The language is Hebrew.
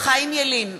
חיים ילין,